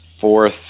fourth